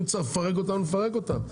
אם צריך לפרק אותם, נפרק אותם.